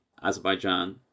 Azerbaijan